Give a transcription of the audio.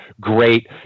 great